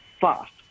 fast